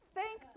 Thank